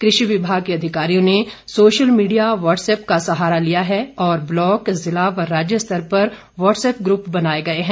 कृषि विभाग के अधिकारियों ने सोशल मीडिया व्हाट्सएप का सहारा लिया है और ब्लॉक जिला व राज्य स्तर पर व्टसएप ग्रप बनाए गए हैं